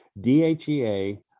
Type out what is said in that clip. dhea